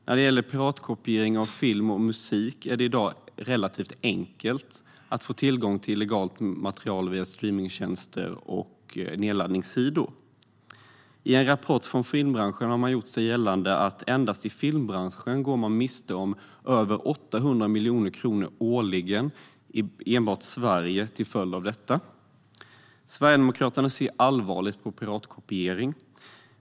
När det gäller piratkopiering av film och musik är det i dag relativt enkelt att få tillgång till illegalt material via streamningstjänster och nedladdningssidor. En rapport från filmbranschen gjorde gällande att man enbart i filmbranschen går miste om över 800 miljoner kronor årligen i Sverige till följd av detta. Sverigedemokraterna ser allvarligt på piratkopiering.